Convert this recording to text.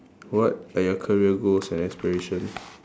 what are your career goals and aspiration